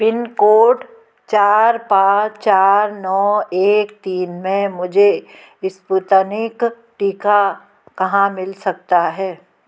pin code चार पाँच चार नौ एक तीन में मुझे स्पुतनिक टीका कहाँ मिल सकता है